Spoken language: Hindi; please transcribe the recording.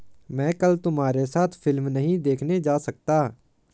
मैं कल तुम्हारे साथ फिल्म नहीं देखने जा सकता